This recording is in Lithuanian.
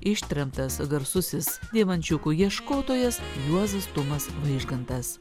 ištremtas garsusis deimančiukų ieškotojas juozas tumas vaižgantas